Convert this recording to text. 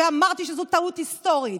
ואמרתי שזו טעות היסטורית,